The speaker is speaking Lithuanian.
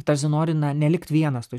tarsi nori na nelikt vienas tu